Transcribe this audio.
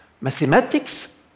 Mathematics